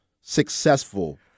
successful